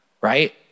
right